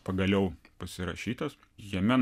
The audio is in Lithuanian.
pagaliau pasirašytas jame